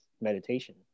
meditation